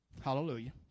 Hallelujah